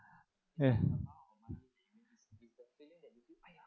ya